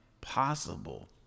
possible